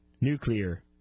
Nuclear